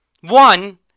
One